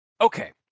okay